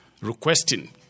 requesting